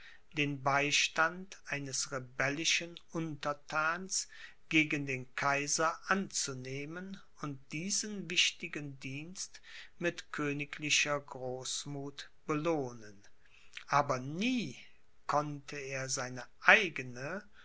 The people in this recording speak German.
den beistand eines rebellischen unterthans gegen den kaiser anzunehmen und diesen wichtigen dienst mit königlicher großmuth belohnen aber nie konnte er seine eigene